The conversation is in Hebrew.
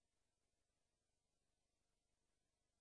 של